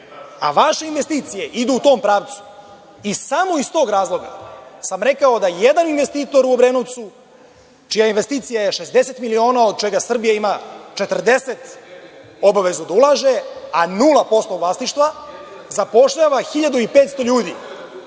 a vaše investicije idu u tom pravcu. Samo iz tog razloga sam rekao da jedan investitor u Obrenovcu, čija investicija je 60 miliona, od čega Srbija ima 40 obavezu da ulaže, a nula posto vlasništva zapošljava 1.500 ljudi